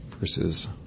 Versus